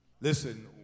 Listen